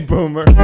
Boomer